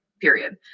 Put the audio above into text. period